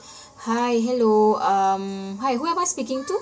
hi hello um hi who am I speaking to